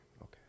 Okay